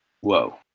whoa